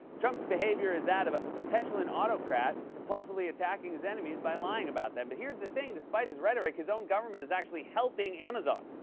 trump's behavior is that of a petulant autocrat compulsively attacking his enemies by lying about them. but here's the thing, despite his rhetoric, his own government is actually helping amazon.